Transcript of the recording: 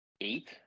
eight